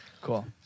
Cool